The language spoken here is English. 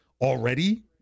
already